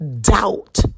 doubt